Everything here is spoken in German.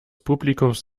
publikums